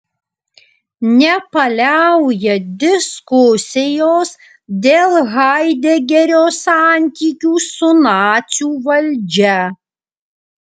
nepaliauja diskusijos dėl haidegerio santykių su nacių valdžia